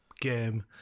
game